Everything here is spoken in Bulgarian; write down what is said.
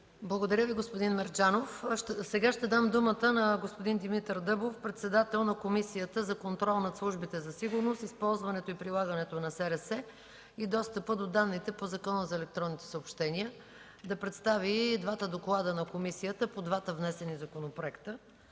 Благодаря Ви, господин Мерджанов. Сега ще дам думата на господин Димитър Дъбов – председател на Комисията за контрол над службите за сигурност, използването и прилагането на специалните разузнавателни средства и достъпа до данните по Закона за електронните съобщения, да представи двата доклада на комисията по двата внесени законопроекта.